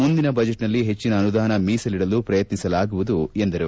ಮುಂದಿನ ಬಜೆಟ್ನಲ್ಲಿ ಹೆಚ್ಚಿನ ಅನುದಾನ ಮೀಸಲಿಡಲು ಪ್ರಯತ್ನಿಸಲಾಗುವುದು ಎಂದರು